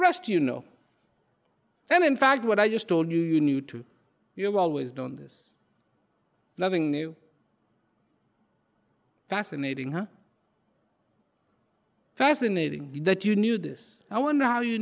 rest you know and in fact what i just told you you knew too you have always known this nothing new fascinating how fascinating that you knew this i wonder how you